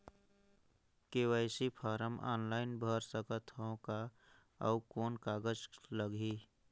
KYC form online भर सकत हवं का? अउ कौन कागज लगही?